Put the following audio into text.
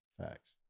Facts